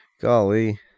Golly